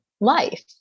life